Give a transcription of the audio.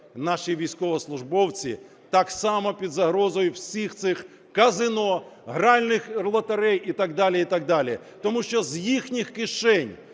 наші військовослужбовці так само під загрозою всіх цих казино, гральних лотерей і так далі, і так далі. Тому що з їхніх кишень,